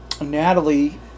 Natalie